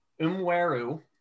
Umweru